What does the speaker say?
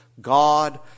God